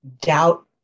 doubt